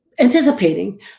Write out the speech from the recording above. anticipating